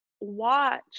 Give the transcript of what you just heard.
watch